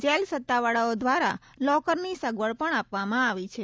jail સત્તાવાળાઓ દ્વારા લોકરની સગવડ પગ્ન આપવામાં આવી છે